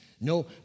No